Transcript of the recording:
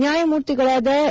ನ್ಯಾಯಮೂರ್ತಿಗಳಾದ ಎ